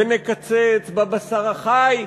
ונקצץ בבשר החי,